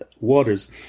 waters